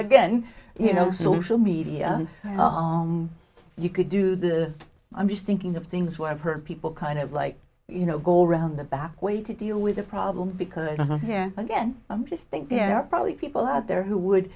again you know social media oh you could do the i'm just thinking of things where i've heard people kind of like you know goal roundabout way to deal with a problem because i'm here again i'm just think there are probably people out there who would